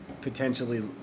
potentially